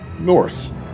North